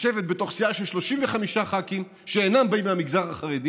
לשבת בתוך סיעה של 35 ח"כים שאינם באים מהמגזר החרדי